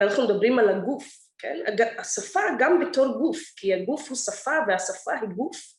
אנחנו מדברים על הגוף, השפה גם בתור גוף כי הגוף הוא שפה והשפה היא גוף